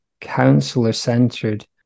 counselor-centered